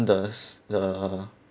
the s~ the